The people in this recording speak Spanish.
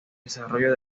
desarrollo